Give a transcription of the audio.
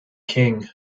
king